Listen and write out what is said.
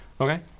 Okay